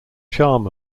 charm